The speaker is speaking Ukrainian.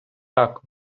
так